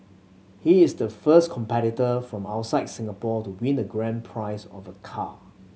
he is the first competitor from outside Singapore to win the grand prize of a car